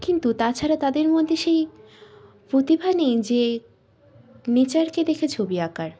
কিন্তু তাছাড়া তাদের মধ্যে সেই প্রতিভা নেই যে নেচারকে দেখে ছবি আঁকার